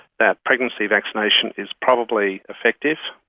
that pregnancy vaccination is probably effective,